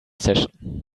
session